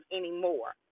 anymore